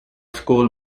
school